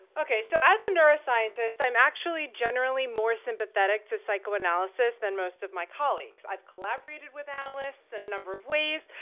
okay, so as a neuroscientist i'm actually generally more sympathetic to psychoanalysis than most of my colleagues. i've collaborated with analysts in and a number of ways.